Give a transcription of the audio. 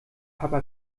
papa